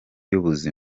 y’ubuhinzi